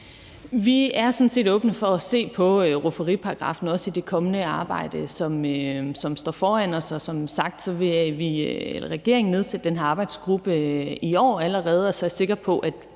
Vi er sådan set åbne for at se på rufferiparagraffen, også i det kommende arbejde, som står foran os. Og som sagt vil regeringen nedsætte den her arbejdsgruppe allerede i år, og